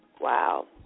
Wow